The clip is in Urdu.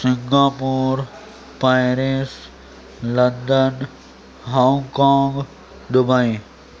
Singapore Paris London Hong Kong Dubai